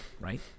right